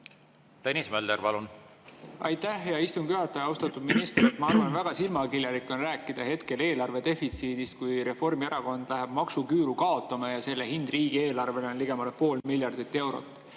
Tõnis Mölder, palun! Aitäh, hea istungi juhataja! Austatud minister! Ma arvan, et väga silmakirjalik on rääkida hetkel eelarve defitsiidist, kui Reformierakond läheb maksuküüru kaotama ja selle hind riigieelarvele on ligemale pool miljardit eurot.